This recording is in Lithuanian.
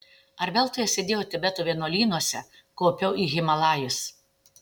ar veltui aš sėdėjau tibeto vienuolynuose kopiau į himalajus